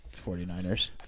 49ers